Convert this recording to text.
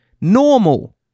normal